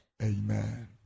Amen